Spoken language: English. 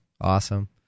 awesome